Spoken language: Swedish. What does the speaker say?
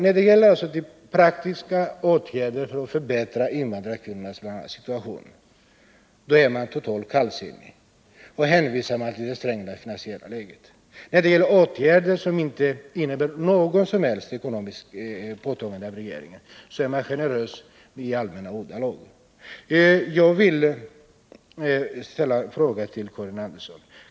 När det gäller praktiska åtgärder för att förbättra invandrarkvinnornas situation är man totalt kallsinnig och hänvisar till det ansträngda finansiella läget. När det gäller åtgärder som inte innebär några som helst ekonomiska åtaganden från regeringens sida är man generös i allmänna ordalag. Jag vill ställa en fråga till Karin Andersson.